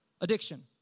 Addiction